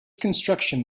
construction